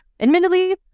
Admittedly